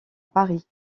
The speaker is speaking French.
paris